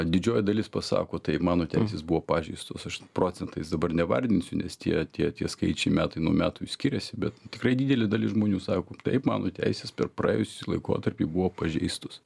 didžioji dalis pasako taip mano teisės buvo pažeistos aš procentais dabar nevardinsiu nes tie tie tie skaičiai metai nuo metų skiriasi bet tikrai didelė dalis žmonių sako ka taip mano teisės per praėjusį laikotarpį buvo pažeistos